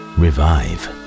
revive